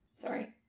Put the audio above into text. Sorry